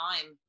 time